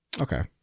Okay